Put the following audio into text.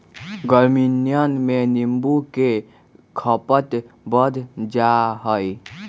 गर्मियन में नींबू के खपत बढ़ जाहई